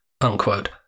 unquote